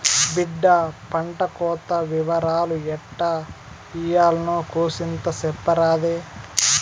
బిడ్డా పంటకోత ఇవరాలు ఎట్టా ఇయ్యాల్నో కూసింత సెప్పరాదే